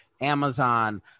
Amazon